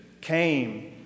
came